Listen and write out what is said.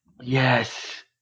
Yes